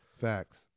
Facts